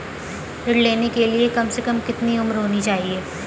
ऋण लेने के लिए कम से कम कितनी उम्र होनी चाहिए?